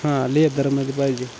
हां लेदरमध्ये पाहिजे